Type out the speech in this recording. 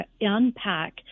unpack